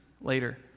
later